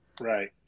Right